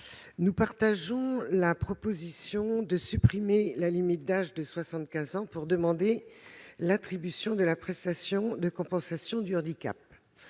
Nous approuvons la proposition de supprimer la limite d'âge de 75 ans pour demander l'attribution de la prestation de compensation du handicap.